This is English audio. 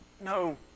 no